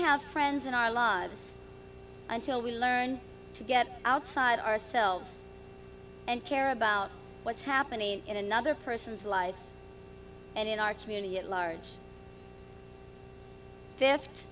have friends in our lives until we learn to get outside ourselves and care about what's happening in another person's life and in our community at large